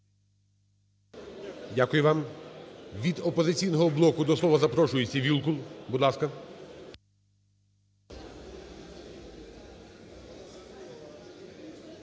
Дякую вам. Від "Опозиційного блоку" запрошується Вілкул. Будь ласка.